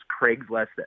Craigslist